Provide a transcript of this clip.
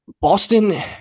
Boston